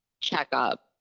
checkup